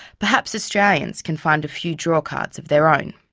perhaps australians can find a few draw cards of their own.